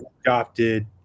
adopted